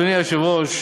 אדוני היושב-ראש,